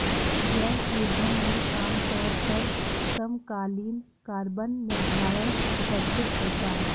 जैव ईंधन में आमतौर पर समकालीन कार्बन निर्धारण उपस्थित होता है